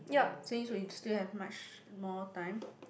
since we still have much more time